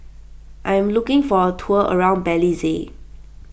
I am looking for a tour around Belize